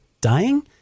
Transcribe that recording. dying